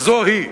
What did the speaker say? וזו היא.